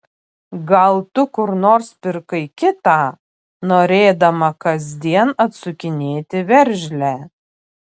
gal tu kur nors pirkai kitą norėdama kasdien atsukinėti veržlę